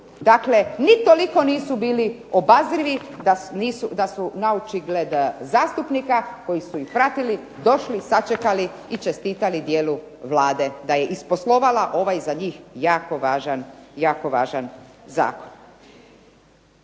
Dakle, ni toliko nisu bili obazrivi da su naočigled zastupnika koji su ih pratili došli, sačekali i čestitali dijelu Vlade da je isposlovala ovaj za njih jako važan zakon.